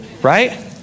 right